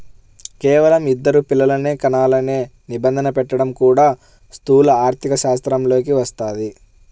కేవలం ఇద్దరు పిల్లలనే కనాలనే నిబంధన పెట్టడం కూడా స్థూల ఆర్థికశాస్త్రంలోకే వస్తది